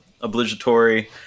obligatory